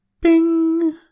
bing